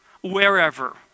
wherever